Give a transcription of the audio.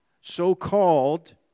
so-called